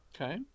Okay